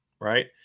Right